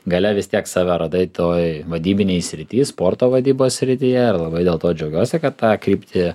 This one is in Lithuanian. gale vis tiek save radai toj vadybinėj srity sporto vadybos srityje labai dėl to džiaugiuosi kad tą kryptį